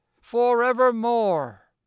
FOREVERMORE